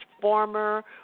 former